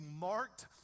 marked